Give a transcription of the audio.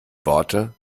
worte